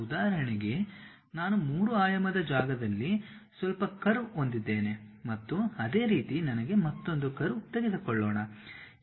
ಉದಾಹರಣೆಗೆ ನಾನು 3 ಆಯಾಮದ ಜಾಗದಲ್ಲಿ ಸ್ವಲ್ಪ ಕರ್ವ್ ಹೊಂದಿದ್ದೇನೆ ಮತ್ತು ಅದೇ ರೀತಿ ನನಗೆ ಮತ್ತೊಂದು ಕರ್ವ್ ತೆಗೆದುಕೊಳ್ಳೋಣ